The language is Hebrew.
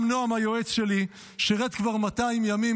גם נעם היועץ שלי שירת כבר 200 ימים,